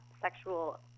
sexual